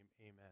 Amen